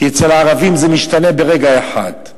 כי אצל הערבים זה משתנה ברגע אחד.